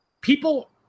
People